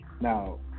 Now